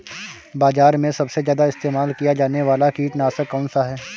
बाज़ार में सबसे ज़्यादा इस्तेमाल किया जाने वाला कीटनाशक कौनसा है?